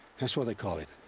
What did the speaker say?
that's what they call it.